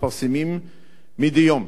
המתפרסמים מדי יום.